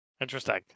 Interesting